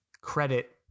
credit